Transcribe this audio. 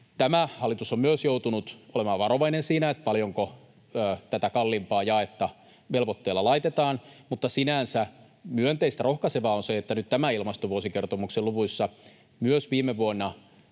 Tämä hallitus on myös joutunut olemaan varovainen siinä, paljonko tätä kalliimpaa jaetta velvoitteella laitetaan, mutta sinänsä myönteistä, rohkaisevaa on se, että nyt tämän ilmastovuosikertomuksen luvuissa myös viime vuonna